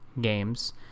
games